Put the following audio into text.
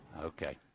okay